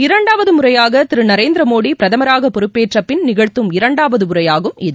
இரண்டாவது முறையாக திரு மோடி பிரதமராக பொறுப்பேற்ற பின் நிகழ்த்தும் இரண்டாவது உரையாகும் இது